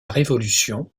révolution